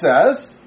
says